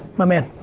my man.